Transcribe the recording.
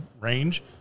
range